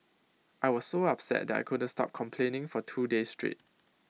I was so upset that I couldn't stop complaining for two days straight